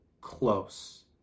close